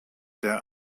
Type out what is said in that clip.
der